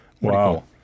Wow